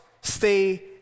stay